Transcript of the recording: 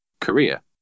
Korea